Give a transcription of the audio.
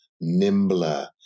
nimbler